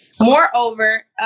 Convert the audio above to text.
Moreover